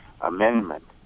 amendment